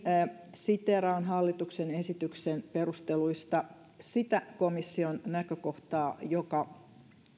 siteeraan hallituksen esityksen perusteluista sitä komission näkökohtaa joka